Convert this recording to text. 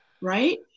right